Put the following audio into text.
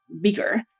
bigger